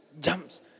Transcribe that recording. jumps